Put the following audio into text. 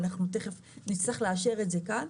ותכף נצטרך לאשר את זה כאן,